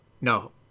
no